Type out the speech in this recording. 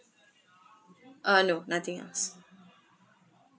uh no nothing else